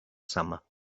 summer